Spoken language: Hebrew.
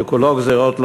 שכולו גזירות לציבור.